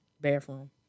bathroom